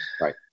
Right